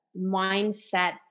mindset